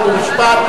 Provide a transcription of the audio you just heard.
חוק ומשפט,